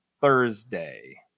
Thursday